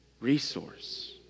resource